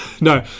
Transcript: No